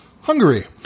Hungary